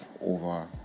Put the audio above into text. over